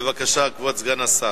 בבקשה, כבוד סגן השר.